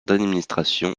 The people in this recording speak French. d’administration